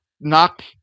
knock